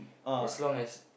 as long as